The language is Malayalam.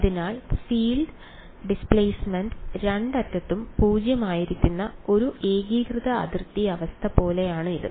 അതിനാൽ ഫീൽഡ് ഡിസ്പ്ലേസ്മെന്റ് രണ്ട് അറ്റത്തും 0 ആയിരിക്കുന്ന ഒരു ഏകീകൃത അതിർത്തി അവസ്ഥ പോലെയാണ് ഇത്